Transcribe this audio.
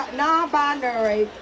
non-binary